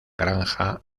granja